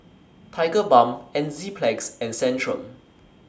Tigerbalm Enzyplex and Centrum